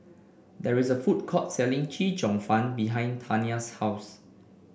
there is a food court selling Chee Cheong Fun behind Tania's house